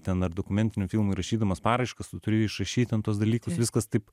ten dar dokumentinių filmų rašydamas paraiškas tu turi išrašyt ten tuos dalykus viskas taip